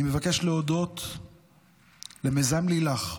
אני מבקש להודות למיזם לילך,